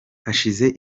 hashize